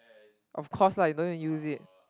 of course lah you don't need to use it